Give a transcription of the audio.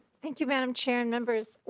thank you mme. and um chair. and members.